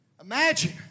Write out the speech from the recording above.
Imagine